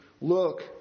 look